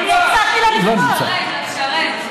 אני הצעתי להם, אינו נמצא.